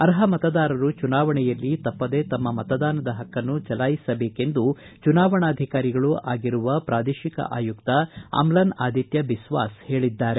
ಅರ್ಪ ಮತದಾರರು ಚುನಾವಣೆಯಲ್ಲಿ ತಪ್ಪದೇ ತಮ್ಮ ಮತದಾನದ ಪಕ್ಕನ್ನು ಚಲಾಯಿಸಬೇಕೆಂದು ಚುನಾವಣಾಧಿಕಾರಿಗಳೂ ಆಗಿರುವ ಪ್ರಾದೇಶಿಕ ಆಯುಕ್ತ ಆಮ್ಲನ್ ಆದಿತ್ಯ ಬಿಸ್ವಾಸ್ ಹೇಳಿದ್ದಾರೆ